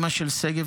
אימא של שגב,